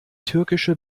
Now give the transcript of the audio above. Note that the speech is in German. türkische